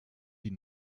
die